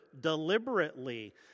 deliberately